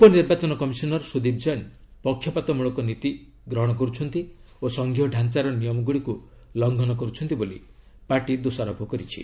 ଉପନିର୍ବାଚନ କମିଶନର ସୁଦୀପ ଜୈନ ପକ୍ଷପାତମୂଳକ ନୀତି ଅବଲମ୍ଘନ କରୁଛନ୍ତି ଓ ସଂଘୀୟ ଡ଼ାଞ୍ଚାର ନିୟମଗୁଡ଼ିକୁ ଲଂଘନ କରୁଛନ୍ତି ବୋଲି ପାର୍ଟି ଦୋଷାରୋପ କରିଛି